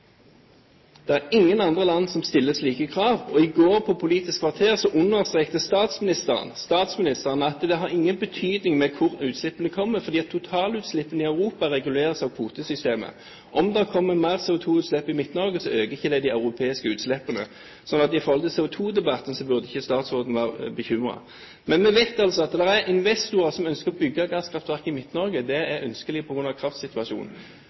Det er ingen andre land som stiller slike krav. I går på Politisk kvarter understreket statsministeren at det har ingen betydning hvor utslippene kommer, for totalutslippene i Europa reguleres av kvotesystemet. Om det kommer mer CO2-utslipp i Midt-Norge, øker ikke det de europeiske utslippene. Så i forhold til CO2-debatten burde ikke statsråden være bekymret. Vi vet altså at det er investorer som ønsker å bygge gasskraftverk i Midt-Norge. Det